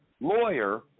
lawyer